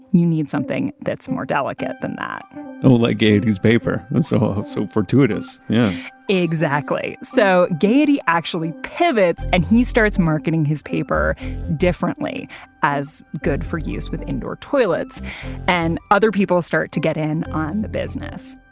you need something that's more delicate than that like gayetty's paper! and so so fortuitous yeah exactly. so, gayetty actually pivots and he starts marketing his paper differently as good for use for indoor toilets and other people start to get in on the business.